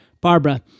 Barbara